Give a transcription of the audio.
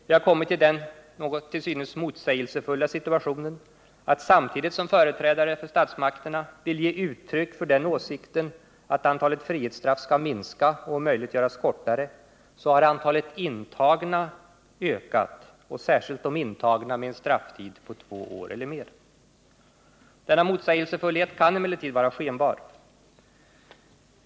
Vi har kommit i den till synes något motsägelsefulla situationen, att samtidigt som företrädare för statsmakterna vill ge uttryck för den åsikten att antalet frihetsstraff skall minska och om möjligt göras kortare har antalet intagna ökat, särskilt de intagna med en strafftid på två år eller mer. Denna motsägelsefullhet kan emellertid vara skenbar.